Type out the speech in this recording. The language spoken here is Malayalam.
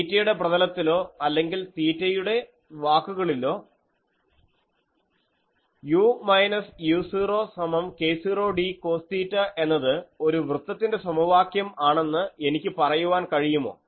തീറ്റയുടെ പ്രതലത്തിലോ അല്ലെങ്കിൽ തീറ്റയുടെ വാക്കുകളിലോ u മൈനസ് u0 സമം k0d കോസ് തീറ്റ എന്നത് ഒരു വൃത്തത്തിന്റെ സമവാക്യം ആണെന്ന് എനിക്ക് പറയുവാൻ കഴിയുമോ